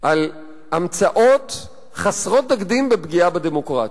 על המצאות חסרות תקדים בפגיעה בדמוקרטיה,